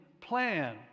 plan